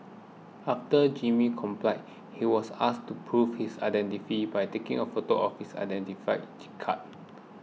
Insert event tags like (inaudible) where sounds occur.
after Jimmy complied he was asked to prove his identity by taking a photo of his identity (unintelligible) card